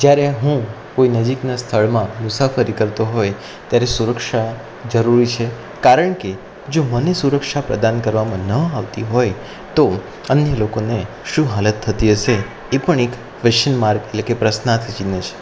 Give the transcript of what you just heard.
જ્યારે હું કોઈ નજીકના સ્થળમાં મુસાફરી કરતો હોય ત્યારે સુરક્ષા જરૂરી છે કારણ કે જો મને સુરક્ષા પ્રદાન કરવામાં ન આવતી હોય તો અન્ય લોકોને શું હાલત થતી હશે એ પણ એક ક્વેશ્ચન માર્ક એટલે કે પ્રશ્નાર્થ ચિહ્ન છે